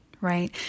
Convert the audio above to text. right